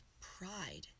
pride